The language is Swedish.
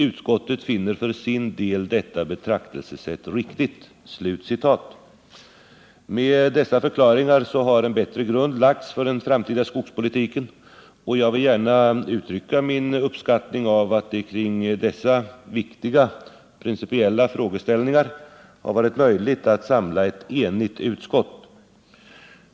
Utskottet finner för sin del detta betraktelsesätt riktigt.” Med dessa förklaringar har en bättre grund lagts för den framtida skogspolitken, och jag vill uttrycka min uppskattning av att det kring dessa viktiga principiella frågeställningar har varit möjligt att samla ett enigt utskott.